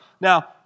Now